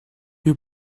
you